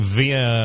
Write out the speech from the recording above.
via